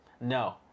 No